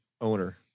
owner